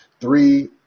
three